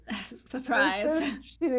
surprise